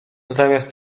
zamiast